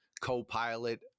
co-pilot